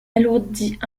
alourdit